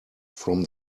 from